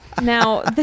now